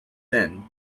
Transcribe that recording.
then